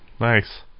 Nice